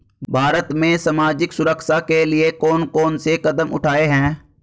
भारत में सामाजिक सुरक्षा के लिए कौन कौन से कदम उठाये हैं?